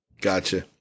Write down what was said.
Gotcha